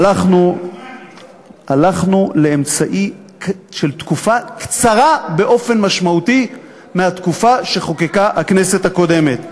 הלכנו לאמצעי של תקופה קצרה באופן משמעותי מהתקופה שחוקקה הכנסת הקודמת.